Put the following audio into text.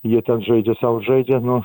jie ten žaidžia sau žaidžia nu